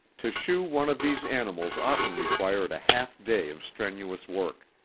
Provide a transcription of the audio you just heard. to shoe one of these animals often required a half day of strenuous work.